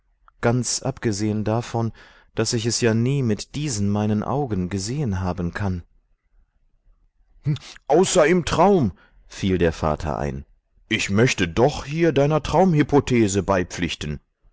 ganz abgesehen davon daß ich es ja nie mit diesen meinen augen gesehen haben kann außer im traum fiel der vater ein ich möchte doch hier deiner traumhypothese beipflichten